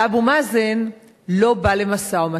ואבו מאזן לא בא למשא-ומתן.